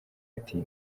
ati